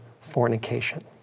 fornication